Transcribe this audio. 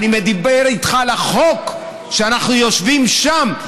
אני מדבר איתך על החוק שאנחנו יושבים שם,